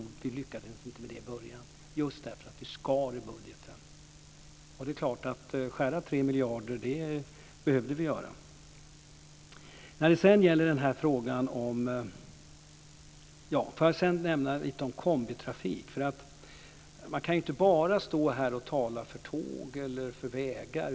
Vi lyckades inte med det i början just därför att vi skar i budgeten. Vi behövde skära 3 miljarder. Jag vill sedan nämna lite om kombitrafik. Man kan inte bara stå här och tala för tåg eller vägar.